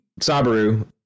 Sabaru